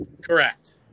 Correct